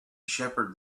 shepherd